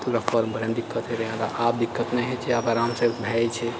तऽ ओकरा फॉर्म भरैमे दिक्कत होइ रहै आब दिक्कत नहि होइ छै आब आरामसँ भए जाइ छै